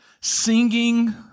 singing